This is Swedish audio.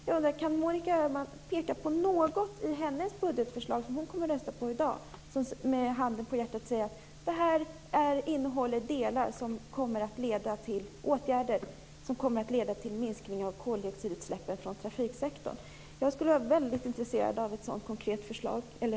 Jag undrar: Kan Monica Öhman peka på något i sitt budgetförslag, det som hon kommer att rösta på i dag, och med handen på hjärtat säga att det här innehåller delar som kommer att leda till åtgärder som kommer att leda till minskning av koldioxidutsläppen från trafiksektorn? Jag skulle vara mycket intresserad av en sådan konkret redovisning.